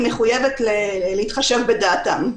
היא מחויבת להתחשב בדעתם.